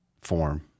form